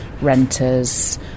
renters